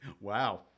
Wow